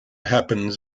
happens